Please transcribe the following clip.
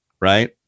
right